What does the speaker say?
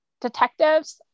Detectives